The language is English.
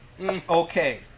Okay